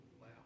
wow